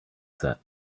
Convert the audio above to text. set